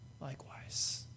Likewise